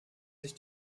sich